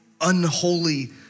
unholy